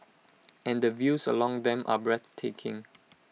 and the views along them are breathtaking